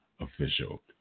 official